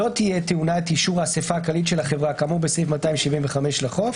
לא תהיה טעונה את אישור האסיפה הכללית של החברה כאמור בסעיף 275 לחוק,